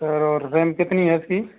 sir और RAM कितनी है इसकी